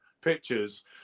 pictures